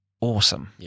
awesome